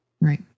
Right